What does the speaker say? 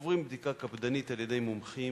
עוברים בדיקה קפדנית על-ידי מומחים